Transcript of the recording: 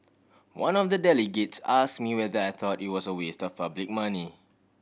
one of the delegates ask me whether I thought it was a waste for public money